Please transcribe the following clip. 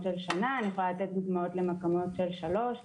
שבהם זה שנה ועל מקומות שבהם זה שלוש שנים.